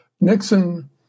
Nixon